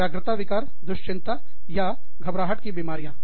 व्यग्रता विकार दुश्चिंताघबराहट की बीमारियां